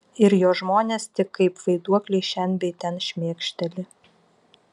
ir jo žmonės tik kaip vaiduokliai šen bei ten šmėkšteli